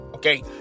Okay